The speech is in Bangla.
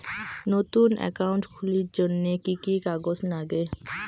নতুন একাউন্ট খুলির জন্যে কি কি কাগজ নাগে?